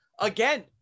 again